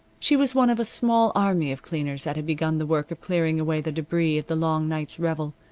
she was one of a small army of cleaners that had begun the work of clearing away the debris of the long night's revel.